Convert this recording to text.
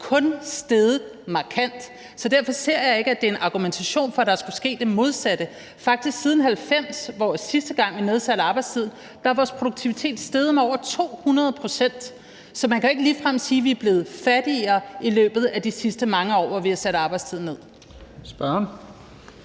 kun steget markant. Så derfor ser jeg ikke, at det er et argument for, at der skulle ske det modsatte. Faktisk er produktiviteten siden 1990, hvor vi sidste gang nedsatte arbejdstiden, steget med over 200 pct., så man kan jo ikke ligefrem sige, vi er blevet fattigere i løbet af de sidste mange år, hvor vi har sat arbejdstiden ned.